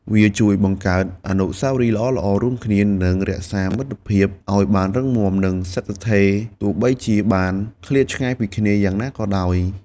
វាជួយបង្កើតអនុស្សាវរីយ៍ល្អៗរួមគ្នា និងរក្សាមិត្តភាពឲ្យបានរឹងមាំ និងស្ថិតស្ថេរ ទោះបីជាបានឃ្លាតឆ្ងាយពីគ្នាយ៉ាងណាក៏ដោយ។